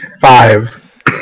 five